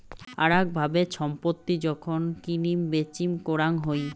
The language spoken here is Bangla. আরাক ভাবে ছম্পত্তি যখন কিনিম বেচিম করাং হই